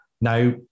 Now